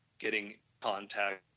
getting contactable,